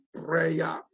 prayer